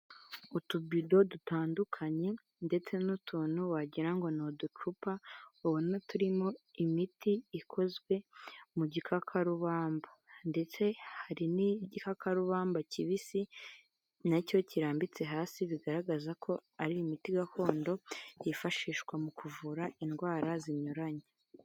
Utubido dutandukanye ndetse n'utuntu wagirango ngo ni uducupa ubona turimo imiti ikozwe mu gikakarubamba ndetse hari n'igikakarubamba kibisi nacyo kirambitse hasi bigaragaza ko ari imiti gakondo yifashishwa mu kuvura indwara zinyuranye.